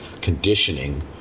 conditioning